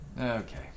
okay